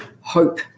hope